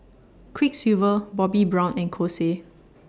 Quiksilver Bobbi Brown and Kose